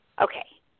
Okay